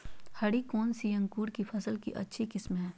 हरी कौन सी अंकुर की फसल के अच्छी किस्म है?